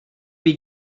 they